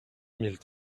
mille